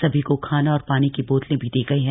सभी को खाना और पानी की बोतले भी दी गई हैं